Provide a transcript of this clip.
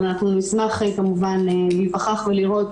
אבל אנחנו נשמח כמובן להיווכח ולראות